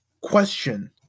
Question